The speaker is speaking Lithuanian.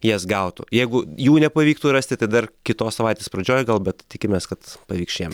jas gautų jeigu jų nepavyktų rasti dar kitos savaitės pradžioj gal bet tikimės kad pavyks šiemet